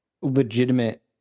legitimate